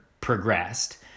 progressed